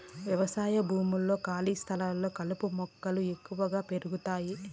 వ్యవసాయ భూముల్లో, ఖాళీ స్థలాల్లో కలుపు ఎక్కువగా పెరుగుతాది